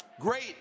Great